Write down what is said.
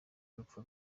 urupfu